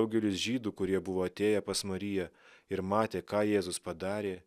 daugelis žydų kurie buvo atėję pas mariją ir matė ką jėzus padarė